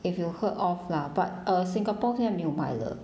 if you heard of lah but uh singapore 现在没有卖了